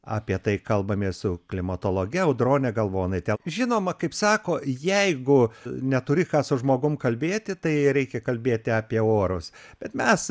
apie tai kalbamės su klimatologe audrone galvonaite žinoma kaip sako jeigu neturi ką su žmogumi kalbėti tai reikia kalbėti apie orus bet mes